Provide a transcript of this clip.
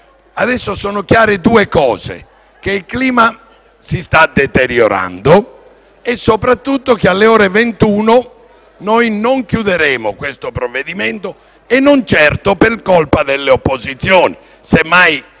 Adesso sono chiare due cose: che il clima si sta deteriorando e, soprattutto, che alle ore 21 noi non chiuderemo questo provvedimento, e non certo per colpa delle opposizioni. Semmai